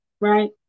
right